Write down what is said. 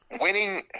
winning